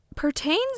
Pertains